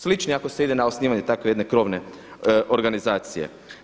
Slični ako se ide na osnivanje na tako jedne krovne organizacije.